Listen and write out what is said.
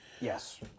Yes